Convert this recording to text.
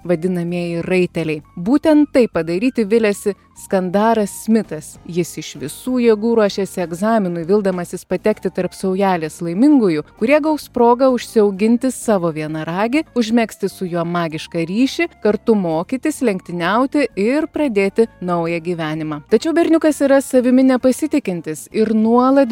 vadinamieji raiteliai būtent tai padaryti viliasi skandaras smitas jis iš visų jėgų ruošiasi egzaminui vildamasis patekti tarp saujelės laimingųjų kurie gaus progą užsiauginti savo vienaragį užmegzti su juo magišką ryšį kartu mokytis lenktyniauti ir pradėti naują gyvenimą tačiau berniukas yra savimi nepasitikintis ir nuolat